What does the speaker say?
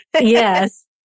Yes